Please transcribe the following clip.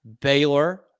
Baylor